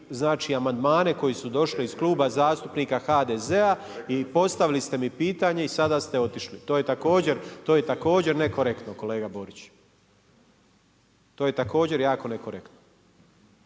čak i amandmane koji su došli iz Kluba zastupnika HDZ-a i postavili ste mi pitanje i sada ste otišli, to je također nekorektno kolega Borić. Znači pokazali smo apsolutnu